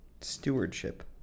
Stewardship